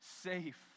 safe